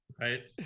Right